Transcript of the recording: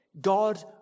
God